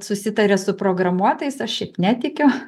susitarė su programuotais aš šiaip netikiu